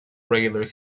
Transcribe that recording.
regularly